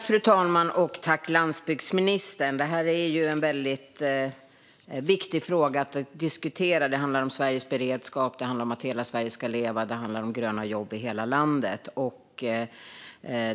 Fru talman! Landsbygdsministern! Det är en viktig fråga att diskutera. Det handlar om Sveriges beredskap, det handlar om att hela Sverige ska leva och det handlar om gröna jobb i hela landet.